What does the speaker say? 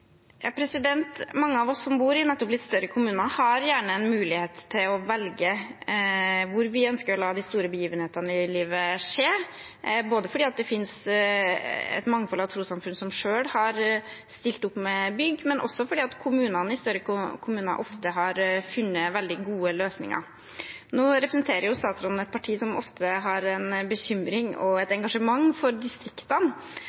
Mange av oss som bor i litt større kommuner, har gjerne en mulighet til å velge hvor vi ønsker å la de store begivenhetene i livet skje, både fordi det finnes et mangfold av trossamfunn som selv har stilt opp med bygg, og fordi man i større kommuner ofte har funnet veldig gode løsninger. Nå representerer jo statsråden et parti som ofte har en bekymring og et